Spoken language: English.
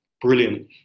brilliant